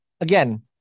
again